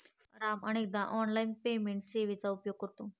राम अनेकदा online payment सेवेचा उपयोग करतो